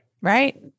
Right